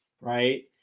right